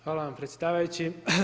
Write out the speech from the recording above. Hvala vam predsjedavajući.